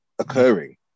occurring